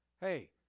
Hey